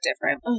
different